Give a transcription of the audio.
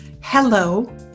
hello